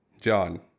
John